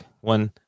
one